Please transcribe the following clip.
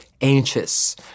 anxious